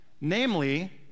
Namely